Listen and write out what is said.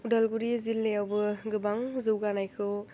उदालगुरि जिल्लायावबो गोबां जौगानायखौ